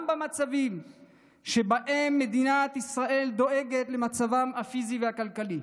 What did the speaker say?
גם במצבים שבהם מדינת ישראל דואגת למצבם הפיזי והכלכלי,